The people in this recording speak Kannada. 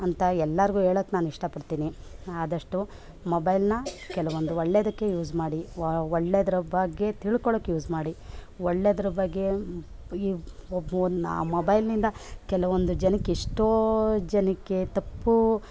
ಅಂತ ಎಲ್ಲರಿಗೂ ಹೇಳೋಕೆ ನಾನು ಇಷ್ಟಪಡ್ತೀನಿ ಆದಷ್ಟು ಮೊಬೈಲ್ನ ಕೆಲವೊಂದು ಒಳ್ಳೇದಕ್ಕೆ ಯೂಸ್ ಮಾಡಿ ವ ಒಳ್ಳೇದ್ರು ಬಗ್ಗೆ ತಿಳ್ಕೊಳ್ಳೋಕೆ ಯೂಸ್ ಮಾಡಿ ಒಳ್ಳೇದ್ರು ಬಗ್ಗೆ ಇ ಒಬ್ಬೊ ಅ ನ ಮೊಬೈಲ್ನಿಂದ ಕೆಲವೊಂದು ಜನಕ್ಕೆ ಎಷ್ಟೋ ಜನಕ್ಕೆ ತಪ್ಪು